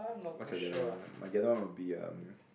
what's the other one my the other one will be um